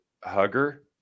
hugger